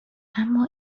اما